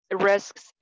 risks